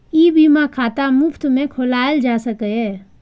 ई बीमा खाता मुफ्त मे खोलाएल जा सकैए